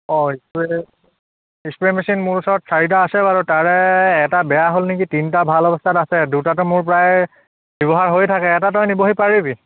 অঁ spray spray machine মোৰ ওচৰত চাৰিটা আছে বাৰু তাৰে এটা বেয়া হ'ল নেকি তিনিটা ভাল অৱস্থাত আছে দুটাটো মোৰ প্ৰায় ব্যৱহাৰ হৈ থাকে এটা তই নিবহি পাৰিবি